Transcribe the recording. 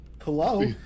Hello